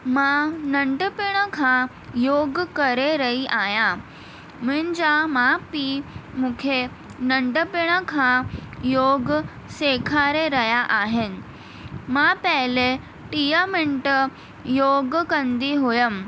मां नंढपिण खां योग करे रही आहियां मुंहिंजा माउ पीउ मूंखे नंढपिण खां योग सेखारे रहिया आहिनि मां पहिरें टीह मिंट योग कंदी हुयमि